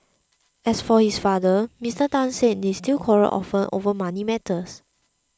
as for his father Mister Tan said they still quarrel often over money matters